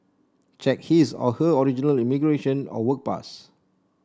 check his or her original immigration or work pass